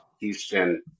Houston